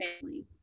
family